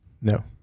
No